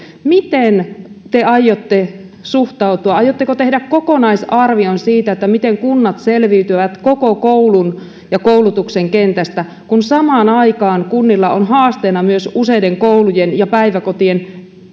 miten te aiotte tähän suhtautua aiotteko tehdä kokonaisarvion siitä miten kunnat selviytyvät koko koulun ja koulutuksen kentästä kun samaan aikaan kunnilla on haasteena myös useiden koulujen ja päiväkotien